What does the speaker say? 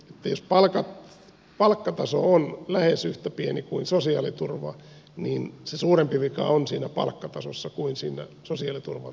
jos palkkataso on lähes yhtä pieni kuin sosiaaliturva niin se suurempi vika on siinä palkkatasossa kuin siinä sosiaaliturvan tasossa